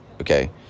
Okay